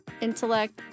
intellect